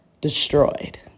destroyed